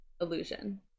illusion